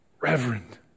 reverend